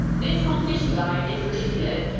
this competition guide is ridiculous.